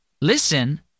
Listen